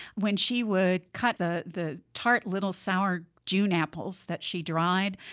when she would cut the the tart, little, sour june apples that she dried,